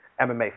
MMA